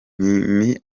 mimi